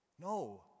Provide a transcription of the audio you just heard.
No